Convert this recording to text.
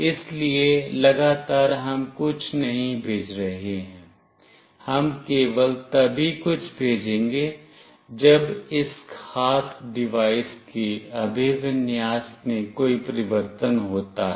इसलिए लगातार हम कुछ नहीं भेज रहे हैं हम केवल तभी कुछ भेजेंगे जब इस ख़ास डिवाइस के अभिविन्यास में कोई परिवर्तन होता है